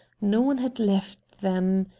no one had left them.